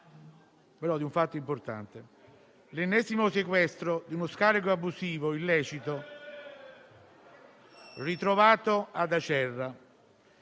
ma con un fatto importante. L'ennesimo sequestro di uno scarico abusivo illecito, ritrovato ad Acerra,